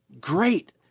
Great